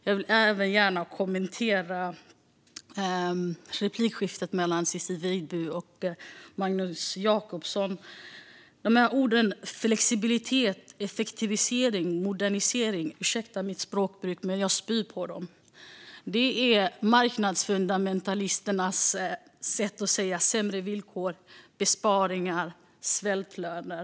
Jag vill även gärna kommentera replikskiftet mellan Ciczie Weidby och Magnus Jacobsson. När det gäller orden flexibilitet, effektivisering och modernisering spyr jag på dem. Ursäkta mitt språkbruk. Det är marknadsfundamentalisternas sätt att säga sämre villkor, besparingar och svältlöner.